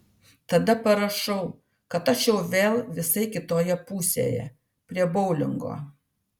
tada parašau kad aš jau vėl visai kitoje pusėje prie boulingo